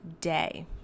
day